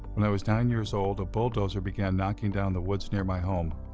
when i was nine years old, a bulldozer began knocking down the woods near my home.